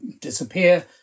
disappear